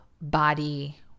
body